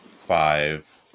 five